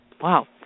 Wow